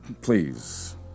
Please